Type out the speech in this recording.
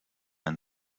and